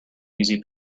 easy